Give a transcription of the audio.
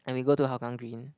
and we go to Hougang Green